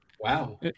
Wow